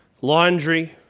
laundry